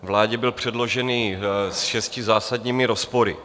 Vládě byl předložený se šesti zásadními rozpory.